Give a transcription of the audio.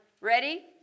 ready